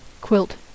Quilt